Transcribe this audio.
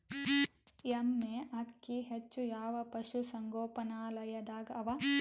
ಎಮ್ಮೆ ಅಕ್ಕಿ ಹೆಚ್ಚು ಯಾವ ಪಶುಸಂಗೋಪನಾಲಯದಾಗ ಅವಾ?